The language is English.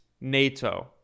NATO